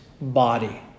body